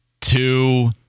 two